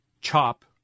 CHOP